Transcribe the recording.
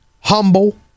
humble